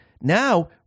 Now